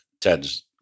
Ted's